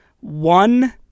one